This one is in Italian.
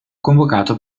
convocato